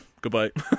Goodbye